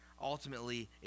Ultimately